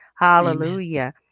Hallelujah